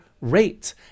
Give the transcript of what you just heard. rate